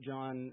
John